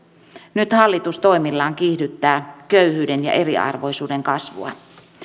nyt hallitus toimillaan kiihdyttää köyhyyden ja eriarvoisuuden kasvua